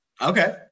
okay